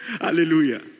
Hallelujah